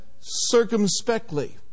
circumspectly